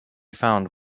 found